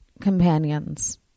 companions